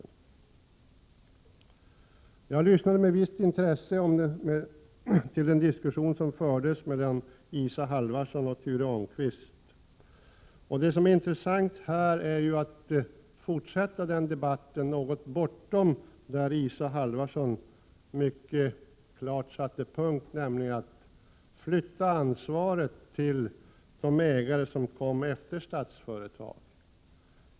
På något sätt bör man ändå kunna göra det. Jag lyssnade med visst intresse till den diskussion som fördes mellan Isa Halvarsson och Ture Ångqvist. Det som är intressant här är ju att fortsätta den debatten något bortom den punkt där Isa Halvarsson mycket klart gjorde halt, nämligen att flytta ansvaret till de ägare som kom efter Statsföretag.